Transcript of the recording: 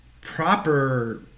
proper